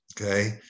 okay